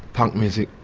punk music,